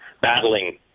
battling